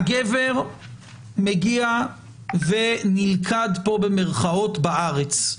הגבר מגיע ו"נלכד" פה, במרכאות, בארץ,